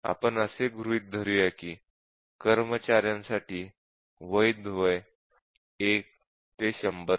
आपण असे गृहीत धरूया की कर्मचार्यांसाठी वैध वय 1 ते 100 आहे